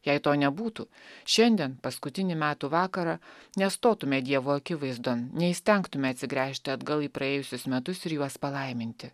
jei to nebūtų šiandien paskutinį metų vakarą nestotume dievo akivaizdon neįstengtume atsigręžti atgal į praėjusius metus ir juos palaiminti